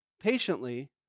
patiently